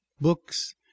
books